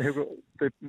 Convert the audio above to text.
jeigu taip